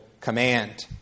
command